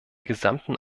gesamten